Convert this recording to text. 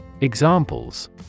Examples